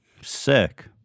Sick